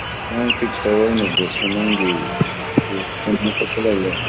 ꯅꯪ ꯐꯤꯛꯁ ꯇꯧꯔꯛꯎꯅꯦ ꯗꯦꯠꯁꯦ ꯅꯪꯒꯤ ꯆꯤꯟꯕ ꯈꯣꯠꯄ ꯂꯩꯕ